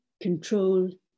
control